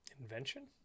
Invention